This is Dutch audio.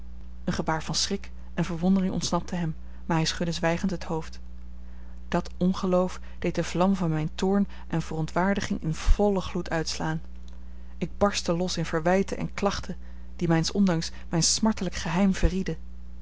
een gebaar van schrik en verwondering ontsnapte hem maar hij schudde zwijgend het hoofd dat ongeloof deed de vlam van mijn toorn en verontwaardiging in vollen gloed uitslaan ik barstte los in verwijten en klachten die mijns ondanks mijn smartelijk geheim verrieden